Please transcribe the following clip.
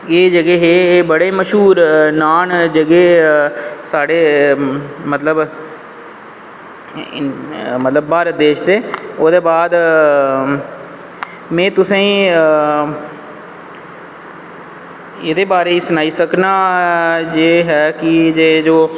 एहहे जेह्के हे एह् बड़े मश्हूर नांऽ न जेह्के साढ़े मतलव भारत देश दे ओह्दे बाद में तुसेंगी एह्दे बारे च सनाई सकना एह् हा जे जो